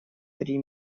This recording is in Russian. три